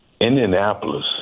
Indianapolis